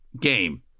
game